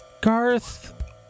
Garth